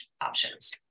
options